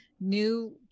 new